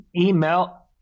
email